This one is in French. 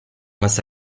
masse